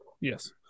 Yes